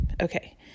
Okay